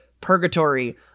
purgatory